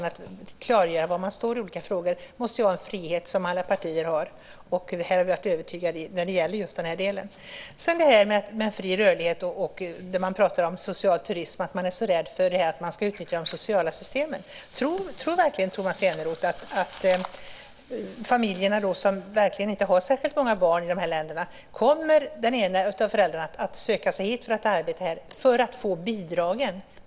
Att klargöra var man står i olika frågor måste ju vara en frihet som alla partier har. När det gäller fri rörlighet, social turism och att man är så rädd för att de sociala systemen ska utnyttjas, tror verkligen Tomas Eneroth att en av föräldrarna i familjer med inte särskilt många barn i dessa länder kommer att söka sig hit för att arbeta här i syfte att få del av bidragen?